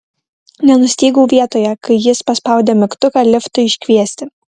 nenustygau vietoje kai jis paspaudė mygtuką liftui iškviesti